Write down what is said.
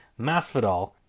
Masvidal